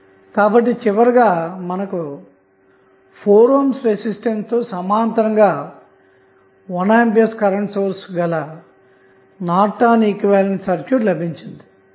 కాబట్టి చివరగా మనకు 4 ohm రెసిస్టెన్స్ తోసమాంతరంగా 1A కరెంటు సోర్స్ గల నార్టన్ ఈక్వివలెంట్ సర్క్యూట్ లభించింది అన్నమాట